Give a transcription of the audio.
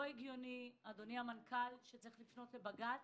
לא הגיוני, אדוני המנכ"ל, שצריך לפנות לבג"ץ